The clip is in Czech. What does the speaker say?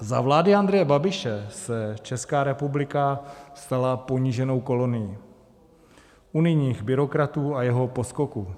Za vlády Andreje Babiše se Česká republika stala poníženou kolonií unijních byrokratů a jeho poskoků.